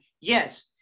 Yes